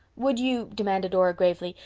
would you, demanded dora gravely,